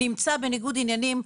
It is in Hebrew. נמצא בניגוד עניינים,